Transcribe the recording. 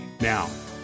Now